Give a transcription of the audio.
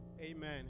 Amen